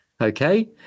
Okay